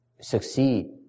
succeed